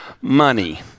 money